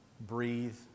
breathe